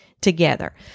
together